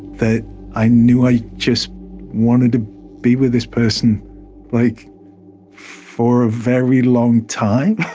that i knew i just wanted to be with this person like for a very long time.